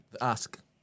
ask